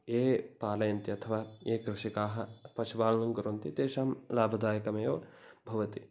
ये पालयन्ति अथवा ये कृषकाः पशुपालनं कुर्वन्ति तेषां लाभदायकमेव भवति